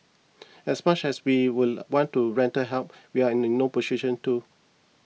as much as we would want to render help we are in in no position to